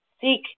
Seek